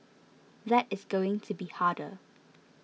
that is going to be harder